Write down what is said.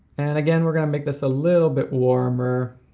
and again we're gonna make this a little bit warmer.